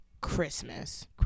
Christmas